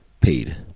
paid